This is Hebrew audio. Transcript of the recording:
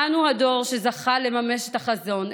אנו הדור שזכה לממש את החזון.